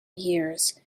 years